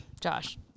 Josh